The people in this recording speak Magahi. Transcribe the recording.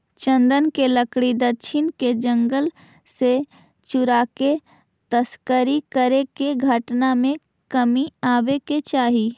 चन्दन के लकड़ी दक्षिण के जंगल से चुराके तस्करी करे के घटना में कमी आवे के चाहि